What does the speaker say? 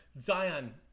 Zion